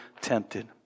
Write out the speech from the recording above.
tempted